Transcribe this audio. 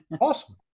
Awesome